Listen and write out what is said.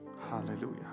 Hallelujah